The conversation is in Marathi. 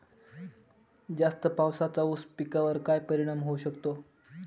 जास्त पावसाचा ऊस पिकावर काय परिणाम होऊ शकतो?